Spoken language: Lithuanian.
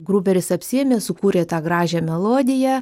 gruberis apsiėmė sukūrė tą gražią melodiją